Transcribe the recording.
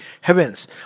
heavens